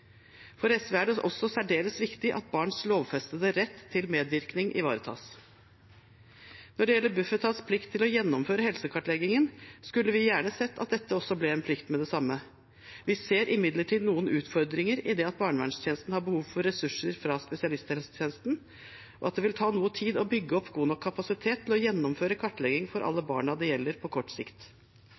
For SV er det også særdeles viktig at barns lovfestede rett til medvirkning ivaretas. Når det gjelder Bufetats plikt til å gjennomføre helsekartleggingen, skulle vi gjerne sett at dette også ble en plikt med det samme. Vi ser imidlertid noen utfordringer i det at barnevernstjenesten har behov for ressurser fra spesialisthelsetjenesten, og at det vil ta noe tid å bygge opp god nok kapasitet til å gjennomføre kartlegging for alle barna det gjelder, på kort sikt.